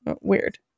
weird